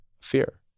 fear